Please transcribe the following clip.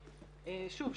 שוב,